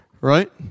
right